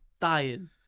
Dying